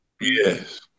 Yes